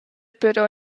però